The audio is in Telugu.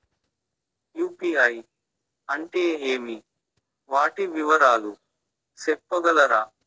యు.పి.ఐ అంటే ఏమి? వాటి వివరాలు సెప్పగలరా?